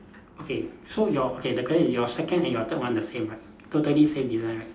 okay so your okay the credit your second and your third one the same right totally same design right